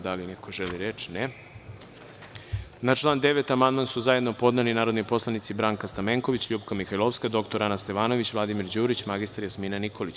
Da li neko želi reč? (Ne) Na član 9. amandman su zajedno podneli narodni poslanici Branka Stamenković, LJupka Mihajlovska, dr. Ana Stevanović, Vladimir Đurić i mr Jasmina Nikolić.